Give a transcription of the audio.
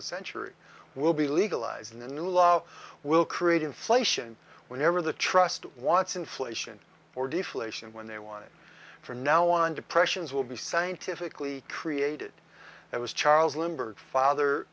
the century will be legalized in the lao will create inflation whenever the trust wants inflation or deflation when they want it from now on depressions will be scientifically created it was charles limburg father